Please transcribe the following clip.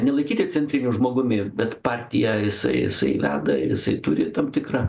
nelaikyti centriniu žmogumi bet partiją jisai jisai veda ir jisai turi tam tikrą